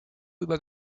über